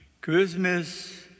Christmas